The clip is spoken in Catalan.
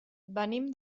venim